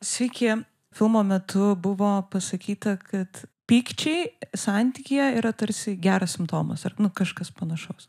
sveiki filmo metu buvo pasakyta kad pykčiai santykyje yra tarsi geras simptomas ar nu kažkas panašaus